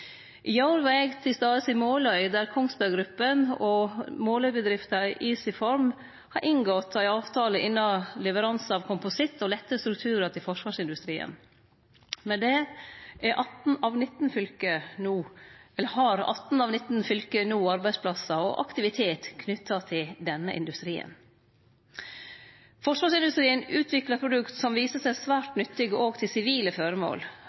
I går var eg til stades i Måløy, der Kongsberg Gruppen og Måløy-bedrifta EasyForm har inngått ein avtale innan leveransar av kompositt og lette strukturar til forsvarsindustrien. Med det har 18 av 19 fylke no arbeidsplassar og aktivitet knytte til denne industrien. Forsvarsindustrien utviklar produkt som viser seg svært nyttige også til sivile føremål.